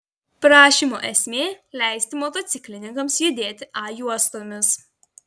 prašymo esmė leisti motociklininkams judėti a juostomis